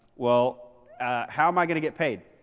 well how am i going to get paid?